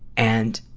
and,